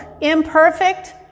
imperfect